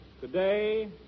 Today